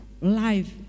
life